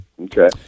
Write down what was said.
okay